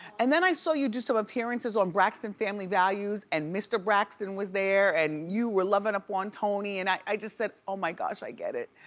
and then i saw you do some appearances on braxton family values and mr. braxton was there and you were loving up on toni and i just said oh my gosh, i get it.